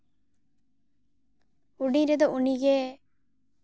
ᱦᱩᱰᱤᱧ ᱨᱮᱫᱚ ᱩᱱᱤᱜᱮ